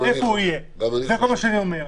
גם אני לא חושב.